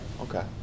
okay